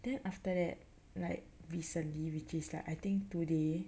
then after that like recently which is like I think today